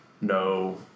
no